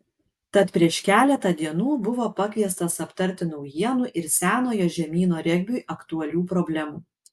tad prieš keletą dienų buvo pakviestas aptarti naujienų ir senojo žemyno regbiui aktualių problemų